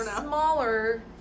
smaller